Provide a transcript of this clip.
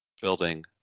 building